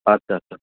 आतसा आतसा